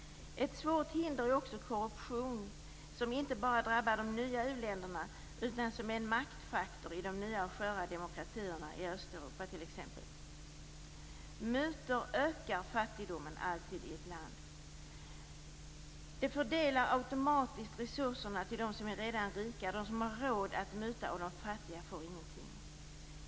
Ett svårt hinder är också korruption som inte bara drabbar de nya u-länderna. Det är också en maktfaktor i de nya och sköra demokratierna i Östeuropa t.ex. Mutor ökar alltid fattigdomen i ett land. Det fördelar automatiskt resurserna till dem som redan är rika, de som har råd att muta, och de fattiga får ingenting.